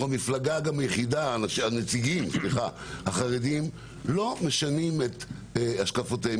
הנציגים החרדים לא משנים את השקפותיהם.